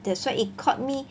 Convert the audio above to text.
that's why it caught me